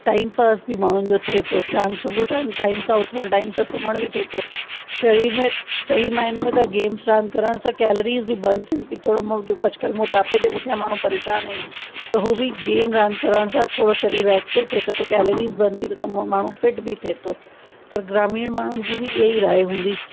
time pass बि माण्हुनि जो थिए थो शाम सुबूह शाम टाइम सां उथणु टाइम सां सुम्हण बि थिए थो शरीर में सही माइने में त गेम्स रांदि करण सां कैलरीस बि बर्न थियनि थियूं थोरो माण्हूं अॼु कल्ह मोटापे जे पुठियां माण्हूं परेशान आहिनि त हू बि गेम रांदि करण सां थोरो शरीर एक्टिव थिए थो त कैलरीस बर्न थिए थो त मो माण्हू फ़िट बि थिए थो त ग्रामीण माण्हुनि जी बि इहा ई राइ हूंदी